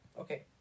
Okay